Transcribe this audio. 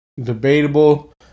Debatable